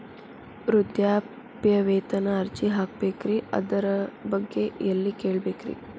ವೃದ್ಧಾಪ್ಯವೇತನ ಅರ್ಜಿ ಹಾಕಬೇಕ್ರಿ ಅದರ ಬಗ್ಗೆ ಎಲ್ಲಿ ಕೇಳಬೇಕ್ರಿ?